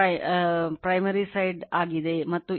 ಆದ್ದರಿಂದ cos Φ1 ಬರುತ್ತದೆ 0